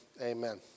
amen